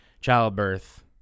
childbirth